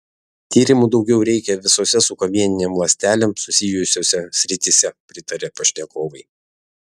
tyrimų daugiau reikia visose su kamieninėm ląstelėm susijusiose srityse pritaria pašnekovai